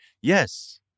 Yes